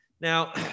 Now